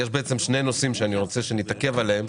יש שני נושאים שאני מבקש שנתעכב עליהם.